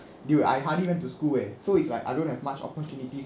dude I hardly went to school eh so it's like I don't have much opportunities